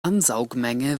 ansaugmenge